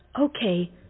Okay